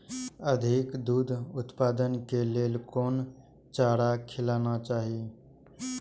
अधिक दूध उत्पादन के लेल कोन चारा खिलाना चाही?